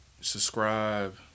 subscribe